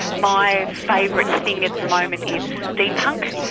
my favourite thing at the moment is steampunk,